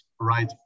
right